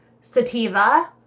Sativa